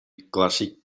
clàssic